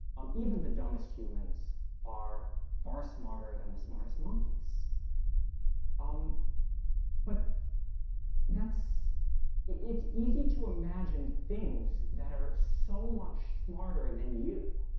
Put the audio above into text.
um, even the dumbest humans are far smarter than the smartest monkeys um but that's it easy to imagine things that are so much smarter and than you